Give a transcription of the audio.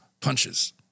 punches